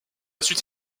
suite